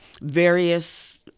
various